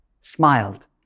smiled